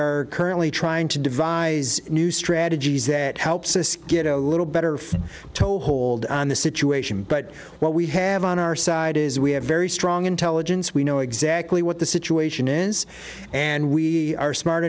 are currently trying to devise new strategies that helps us get a little better toehold on the situation but what we have on our side is we have very strong intelligence we know exactly what the situation is and we are smart